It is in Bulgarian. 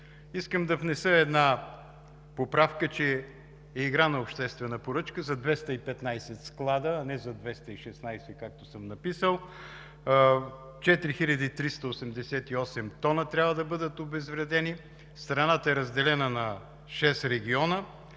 Искам да внеса една поправка, че е играна обществена поръчка за 215 склада, а не за 216, както съм написал. Трябва да бъдат обезвредени 4388 тона, страната е разделена на шест региона,